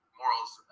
morals